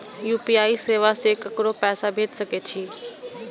UPI सेवा से ककरो पैसा भेज सके छी?